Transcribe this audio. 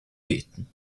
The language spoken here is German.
beten